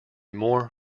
more